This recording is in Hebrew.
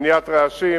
מניעת רעשים,